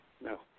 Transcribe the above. no